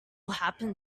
happen